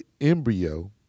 embryo